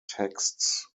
texts